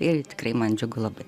ir tikrai man džiugu labai